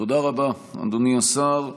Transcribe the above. תודה רבה, אדוני השר.